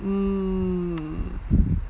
mm